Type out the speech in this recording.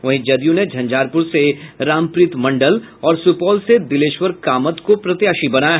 वहीं जदयू ने झंझारपुर से रामप्रीत मंडल और सुपौल से दिलेश्वर कामत को प्रत्याशी बनाया है